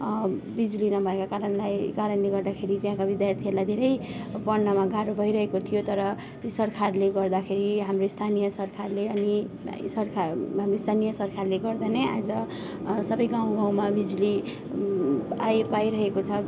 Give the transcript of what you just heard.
बिजुली नभएको कारणलाई कारणले गर्दाखेरि त्यहाँका विद्यार्थीलाई धेरै पढ्नमा गाह्रो भइरहेको थियो तर सरकारले गर्दाखेरि हाम्रो स्थानीय सरकारले अनि सरकार हामी स्थानीय सरकारले गर्दा नै आज सबै गाउँ गाउँमा बिजुली आयो पाइरहेको छ